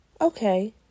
Okay